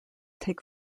take